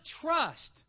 trust